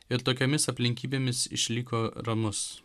ir tokiomis aplinkybėmis išliko ramus